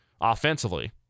offensively